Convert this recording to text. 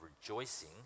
rejoicing